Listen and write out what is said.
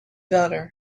better